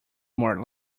more